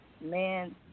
Man